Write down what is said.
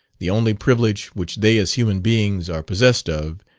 the only privilege which they as human beings are possessed of,